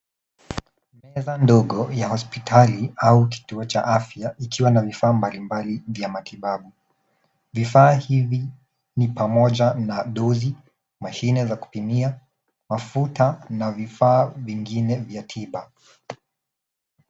Meza ndogo ya hospitali au kituo cha afya ikiwa na vifaa mbali mbali vya matibabu. Vifaa hivi ni pamoja na: dozi, mashine za kupimia, mafuta na vifaa vingine vya tiba.